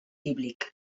bíblic